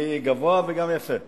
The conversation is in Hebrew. אני גבוה וגם יפה.